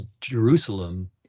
Jerusalem